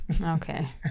Okay